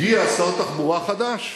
והגיע, הגיע שר תחבורה חדש.